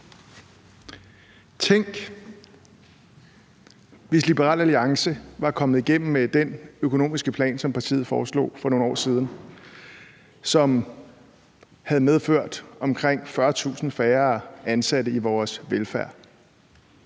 Tænk, hvis Liberal Alliance var kommet igennem med den økonomiske plan, som partiet foreslog for nogle år siden, og som havde medført omkring 40.000 færre ansatte i vores velfærd.